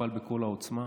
יטופל בכל העוצמה.